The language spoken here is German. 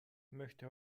möchte